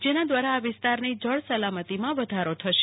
જેના દ્રારા આ વિસ્તારની જળ સલામતીમાં વધારો થશે